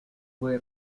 fue